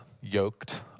yoked